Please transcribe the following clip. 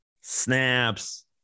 snaps